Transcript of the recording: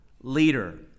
leader